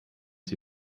sie